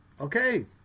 okay